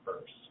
first